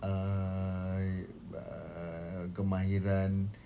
uh uh kemahiran